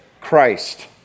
Christ